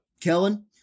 Kellen